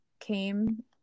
Came